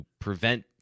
prevent